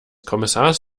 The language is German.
kommissars